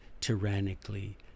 tyrannically